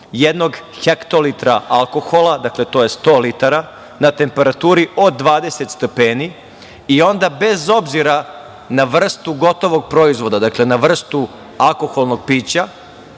jednog hektolitra alkohola, dakle, to je 100 litara, na temperaturi od 20 stepeni i onda bez obzira na vrstu gotovog proizvoda, dakle na vrstu alkoholnog pića